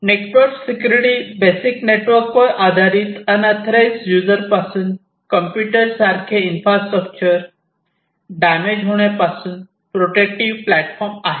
network security basic network वर आधारित unauthorise user पासून कॉम्प्युटर सारखे इन्फ्रास्ट्रक्चर डॅमेज होण्यापासून प्रोटेक्टिव्ह प्लॅटफॉर्म आहे